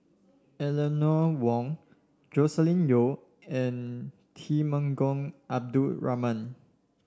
Eleanor Wong Joscelin Yeo and Temenggong Abdul Rahman